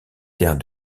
terres